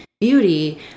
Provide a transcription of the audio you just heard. beauty